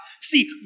See